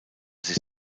sich